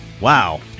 Wow